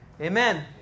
Amen